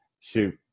shoot